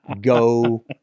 Go